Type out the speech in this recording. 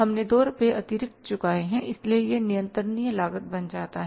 हमने 2 रुपए अतिरिक्त चुकाए हैं इसलिए यह नियंत्रणीय लागत बन जाता है